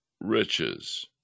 riches